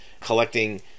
collecting